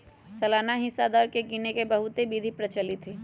सालाना हिस्सा दर के गिने के बहुते विधि प्रचलित हइ